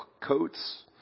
coats